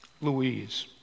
Louise